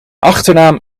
achternaam